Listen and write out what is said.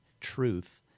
truth